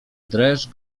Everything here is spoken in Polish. dreszcz